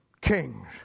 kings